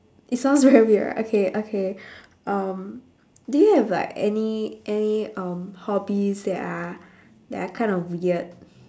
it sounds very weird right okay okay um do you have like any any um hobbies that are that are kinda weird